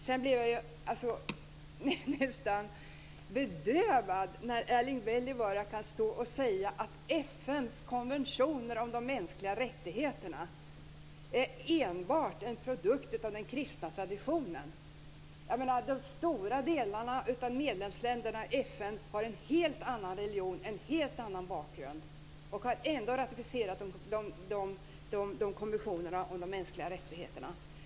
Sedan blev jag nästan bedövad när Erling Wälivaara kan stå och säga att FN:s konventioner om de mänskliga rättigheterna enbart är en produkt av den kristna traditionen. Stora delar av FN:s medlemsländer har en helt annan religion och en helt annan bakgrund och har ändå ratificerat konventionerna om de mänskliga rättigheterna.